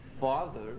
father